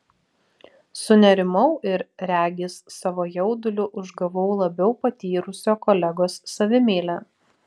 sunerimau ir regis savo jauduliu užgavau labiau patyrusio kolegos savimeilę